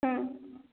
ହଁ